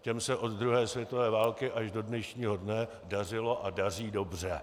Těm se od druhé světové války až do dnešního dne dařilo a daří dobře.